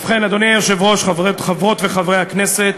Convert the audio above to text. ובכן, אדוני היושב-ראש, חברות וחברי הכנסת,